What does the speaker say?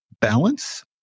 balance